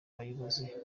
bayobozi